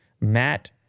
Matt